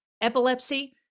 epilepsy